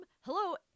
Hello